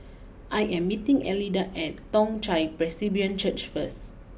I am meeting Elida at Toong Chai Presbyterian Church first